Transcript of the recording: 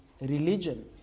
religion